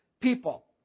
people